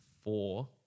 four